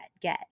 get